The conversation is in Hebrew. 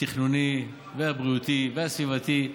התכנוני והבריאותי והסביבתי.